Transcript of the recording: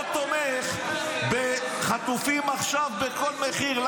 לא תומך בחטופים עכשיו בכל מחיר.